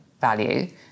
value